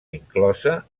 inclosa